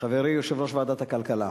חברי יושב-ראש ועדת הכלכלה,